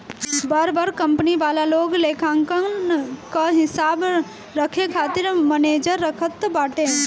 बड़ बड़ कंपनी वाला लोग लेखांकन कअ हिसाब रखे खातिर मनेजर रखत बाटे